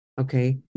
Okay